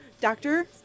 Doctor